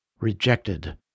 rejected